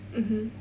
mmhmm